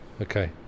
Okay